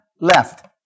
left